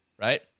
right